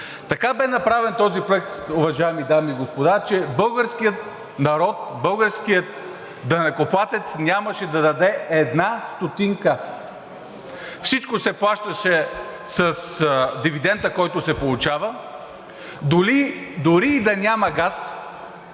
Така бе направен този проект, уважаеми дами и господа, че българският народ, българският данъкоплатец нямаше да даде една стотинка. Всичко се плащаше с дивидента, който се получава. Дори и да нямаше газ,